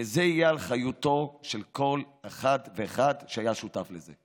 וזה יהיה על אחריותו של כל אחד ואחד שהיה שותף לזה.